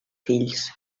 fills